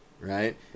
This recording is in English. right